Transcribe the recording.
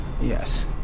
Yes